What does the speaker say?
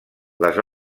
les